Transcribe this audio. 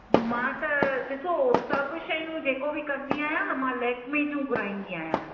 मां त ॾिसो सभु शयूं जेको बि कंदी आहियां न मां लेकमी जूं घुराईंदी आहियां